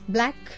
Black